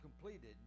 completed